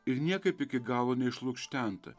ir niekaip iki galo neišlukštenta